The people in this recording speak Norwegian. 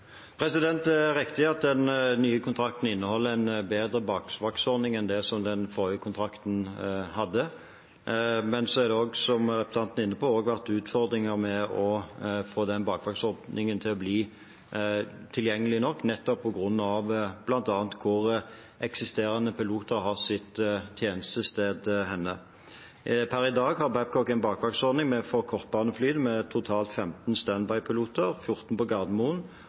Det er riktig at den nye kontrakten inneholder en bedre bakvaktordning enn det den forrige kontrakten hadde. Men det har, som representanten er inne på, vært utfordringer med å få den bakvaktordningen til å bli tilgjengelig nok, bl.a. på grunn av hvor eksisterende piloter har sitt tjenestested. Per i dag har Babcock en bakvaktordning for kortbanefly med totalt 15 standby-piloter – 14 på Gardermoen